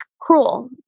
cruel